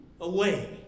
away